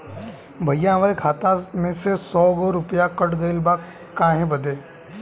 भईया हमरे खाता में से सौ गो रूपया कट गईल बा काहे बदे?